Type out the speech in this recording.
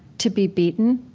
to be beaten,